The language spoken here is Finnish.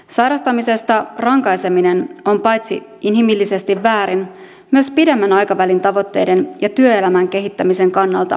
sairastamisesta rankaiseminen on paitsi inhimillisesti väärin myös pidemmän aikavälin tavoitteiden ja työelämän kehittämisen kannalta lyhytnäköistä politiikkaa